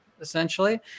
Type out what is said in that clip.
essentially